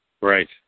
Right